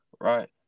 right